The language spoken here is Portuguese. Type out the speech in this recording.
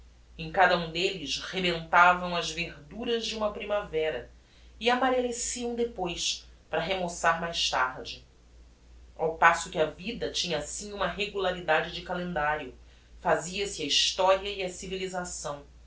em cada um delles rebentavam as verduras de uma primavera e amarelleciam depois para remoçar mais tarde ao passo que a vida tinha assim uma regularidade de calendario fazia-se a historia e a civilisação